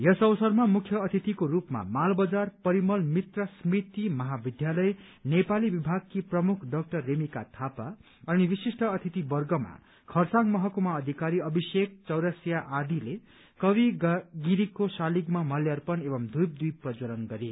यस अवसरमा मुख्य अतिथिको रूपमा मालवजार परिमल मित्र स्मृति महाविद्यालय नेपाली विभागकी प्रमुख डाक्टर रेमिका थापा अनि विशिष्ट अतिथिवर्गमा खरसाङ महकुमा अधिक अभिषेक चौरसिया आदिले कवि गिरीको शालिगमा माल्यार्पण एवं धूपद्वीप प्रञ्जवलन गरे